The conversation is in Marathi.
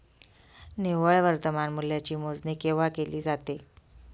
निव्वळ वर्तमान मूल्याची मोजणी केव्हा केली जाते?